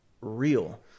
real